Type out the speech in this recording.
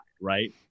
right